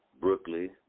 Brooklyn